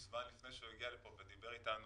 זמן לפני שהוא הגיע לכאן ודיבר אתנו,